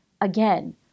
again